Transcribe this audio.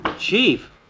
Chief